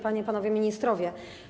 Panie i Panowie Ministrowie!